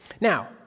Now